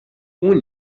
اون